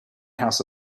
house